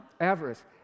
avarice